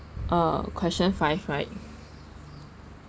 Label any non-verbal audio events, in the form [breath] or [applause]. ah question five right [breath]